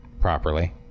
properly